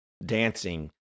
Dancing